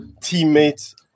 teammates